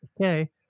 okay